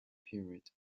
period